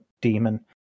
demon